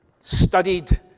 studied